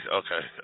okay